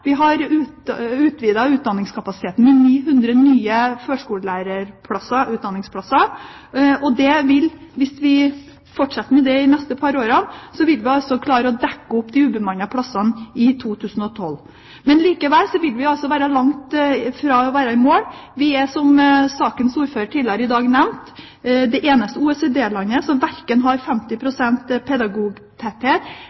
Vi har utvidet utdanningskapasiteten med 900 nye førskolelærerutdanningsplasser, og hvis vi fortsetter med det de neste par årene, vil vi klare å dekke opp de ubemannede plassene i 2012. Likevel vil vi være langt fra å være i mål. Vi er – som sakens ordfører nevnte tidligere i dag – det eneste OECD-landet som verken har 50